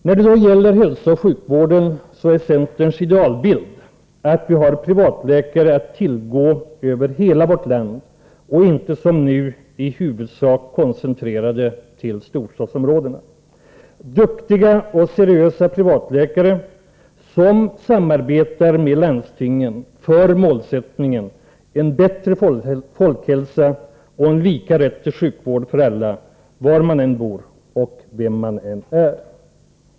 I fråga om hälsooch sjukvården är centerns idealbild att vi har privatläkare att tillgå över hela vårt land och att de inte som nu i huvudsak är koncentrerade till storstadsområdena. Vi behöver duktiga och seriösa privatläkare som samarbetar med landstingen för målsättningen: en bättre folkhälsa och lika rätt till sjukvård för alla, var man än bor och vem man än är.